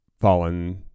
fallen